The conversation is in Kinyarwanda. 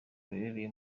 ruherereye